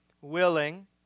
willing